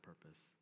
purpose